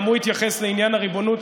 גם הוא התייחס לעניין הריבונות.